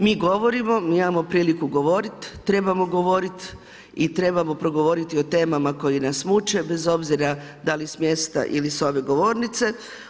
Mi govorimo, mi imamo priliku govoriti, trebamo govoriti i trebamo progovoriti o temama koje nas muče bez obzira da li s mjesta ili sa ove govornice.